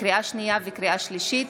לקריאה שנייה וקריאה השלישית,